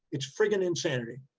it's frigging insanity.